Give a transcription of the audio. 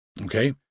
Okay